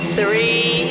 three